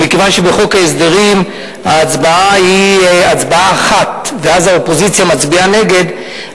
מכיוון שבחוק ההסדרים ההצבעה היא הצבעה אחת ואז האופוזיציה מצביעה נגד,